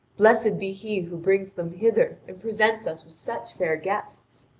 blessed be he who brings them hither and presents us with such fair guests!